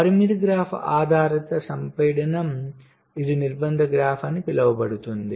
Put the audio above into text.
పరిమితి గ్రాఫ్ ఆధారిత సంపీడనం ఇది నిర్బంధ గ్రాఫ్ అని పిలువబడుతుంది